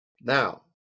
Now